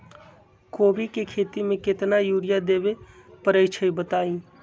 कोबी के खेती मे केतना यूरिया देबे परईछी बताई?